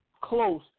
close